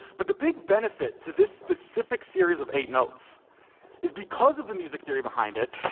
but the big benefit to this specific series of eight notes is because of the music theory behind it,